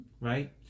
right